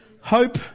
Hope